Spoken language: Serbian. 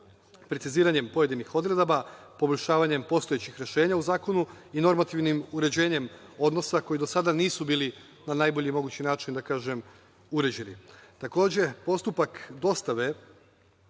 preciziranjem pojedinih odredaba, poboljšavanjem postojećih rešenja u zakonu i normativnim uređenjem odnosa koji do sada nisu bili na najbolji mogući način uređeni. Takođe, postupak dostave